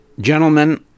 Gentlemen